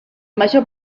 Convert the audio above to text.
major